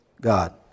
God